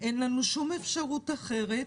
אין לנו שום אפשרות אחרת.